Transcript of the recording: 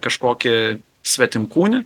kažkokį svetimkūnį